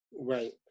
Right